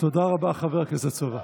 תודה רבה, חבר הכנסת סובה.